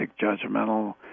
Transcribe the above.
judgmental